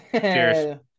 Cheers